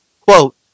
quote